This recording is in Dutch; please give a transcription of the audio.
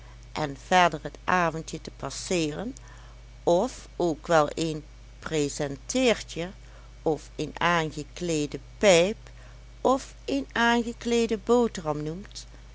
en verder het avondje te passeeren of ook wel een presenteertje of een aangekleede pijp of een aangekleede boterham noemt